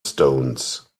stones